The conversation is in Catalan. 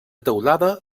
teulada